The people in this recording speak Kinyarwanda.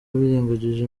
birengagije